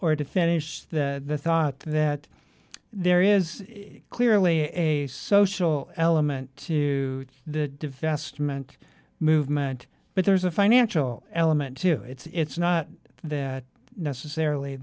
or to finish the thought that there is clearly a social element to the divestment movement but there is a financial element to it it's not that necessarily